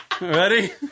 Ready